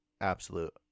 absolute